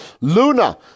Luna